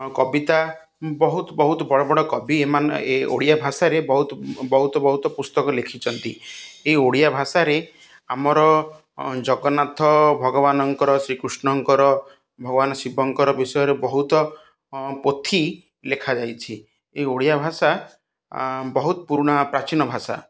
କବିତା ବହୁତ ବହୁତ ବଡ଼ ବଡ଼ କବି ଏମାନେ ଏ ଓଡ଼ିଆ ଭାଷାରେ ବହୁତ ବହୁତ ବହୁତ ପୁସ୍ତକ ଲେଖିଛନ୍ତି ଏ ଓଡ଼ିଆ ଭାଷାରେ ଆମର ଜଗନ୍ନାଥ ଭଗବାନଙ୍କର ଶ୍ରୀକୃଷ୍ଣଙ୍କର ଭଗବାନ ଶିବଙ୍କର ବିଷୟରେ ବହୁତ ପୋଥି ଲେଖାଯାଇଛି ଏ ଓଡ଼ିଆ ଭାଷା ବହୁତ ପୁରୁଣା ପ୍ରାଚୀନ ଭାଷା